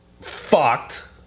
fucked